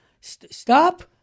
Stop